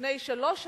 לפני שלוש שנים,